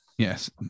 Yes